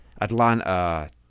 Atlanta